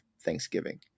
Thanksgiving